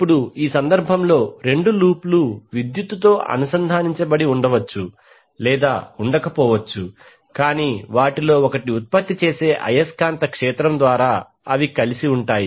ఇప్పుడు ఈ సందర్భంలో రెండు లూప్ లు విద్యుత్తుతో అనుసంధానించబడి ఉండవచ్చు లేదా ఉండకపోవచ్చు కాని వాటిలో ఒకటి ఉత్పత్తి చేసే అయస్కాంత క్షేత్రం ద్వారా అవి కలిసి ఉంటాయి